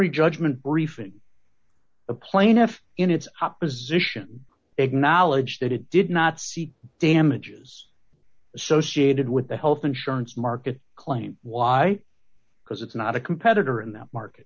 y judgment briefing the plaintiff in its opposition acknowledged that it did not seek damages associated with the health insurance market claim why because it's not a competitor in that market